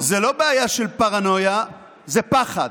זה לא בעיה של פרנויה, זה פחד.